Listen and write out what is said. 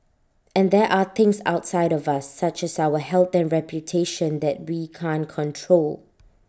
and there are things outside of us such as our health and reputation that we can't control